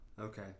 Okay